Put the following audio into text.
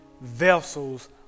vessels